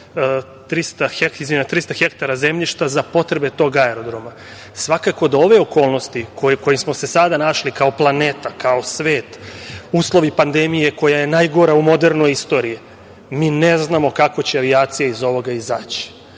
300 hektara zemljišta za potrebe tog aerodroma. Svakako da ove okolnosti u kojima smo se sada našli kao planeta, kao svet, uslovi pandemije koja je najgora u modernoj istoriji, mi ne znamo će avijacija iz ovoga izaći,